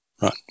Right